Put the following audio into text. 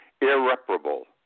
irreparable